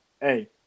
hey